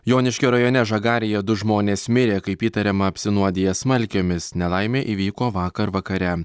joniškio rajone žagarėje du žmonės mirė kaip įtariama apsinuodiję smalkėmis nelaimė įvyko vakar vakare